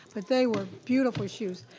but they were beautiful shoes.